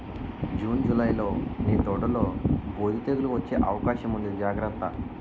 June, జూలైలో నీ తోటలో బూజు, తెగులూ వచ్చే అవకాశముంది జాగ్రత్త